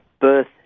birth